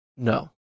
No